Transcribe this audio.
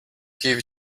give